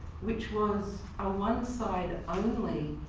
which was a one side only